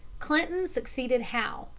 clinton succeeded howe,